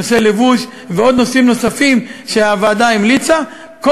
נושא הלבוש ונושאים נוספים שהוועדה המליצה בהם,